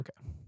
Okay